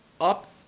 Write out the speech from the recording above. up